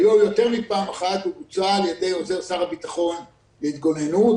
היה יותר מפעם אחת ובוצע על ידי עוזר שר הביטחון להתגוננות